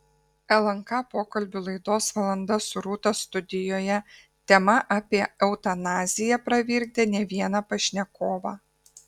lnk pokalbių laidos valanda su rūta studijoje tema apie eutanaziją pravirkdė ne vieną pašnekovą